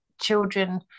children